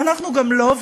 ואנחנו גם לא,